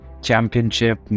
Championship